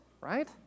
Right